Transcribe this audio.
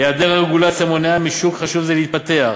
היעדר הרגולציה מונע משוק חשוב זה להתפתח,